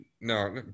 No